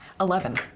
Eleven